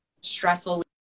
stressful